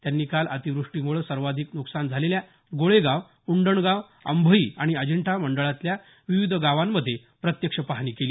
त्यांनी काल अतिवृष्टीमुळे सर्वाधिक नुकसान झालेल्या गोळेगाव उंडणगाव अंभई आणि अजिंठा मंडळातल्या विविध गावांमध्ये प्रत्यक्ष पाहणी केली